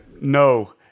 No